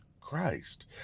Christ